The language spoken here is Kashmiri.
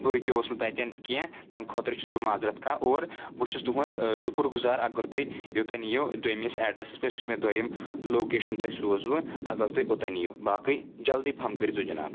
بہٕ رُکِیوس نہٕ تَتؠن کینٛہہ تمہِ خٲطرٕ چھُس بہٕ مازرَت خاں اور بہٕ چھُس تُہنٛد شُکر گُزار اگر تُہۍ یوتَن یِیِو دوٚیمِس اَیٚڈرسَس پؠٹھ یُس مےٚ دوٚیِم لوکَیشَن تۄہہِ سوٗزوٕ اگر تُہۍ اوٚتَن یِیِو باقٕے جلدی پہَم کٔرِزِیَو جِناب